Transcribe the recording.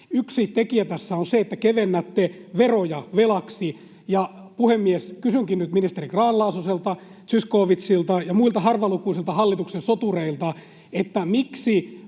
Yksi tekijä tässä on se, että kevennätte veroja velaksi. Puhemies, kysynkin nyt ministeri Grahn-Laasoselta, Zyskowiczilta ja muilta harvalukuisilta hallituksen sotureilta: onko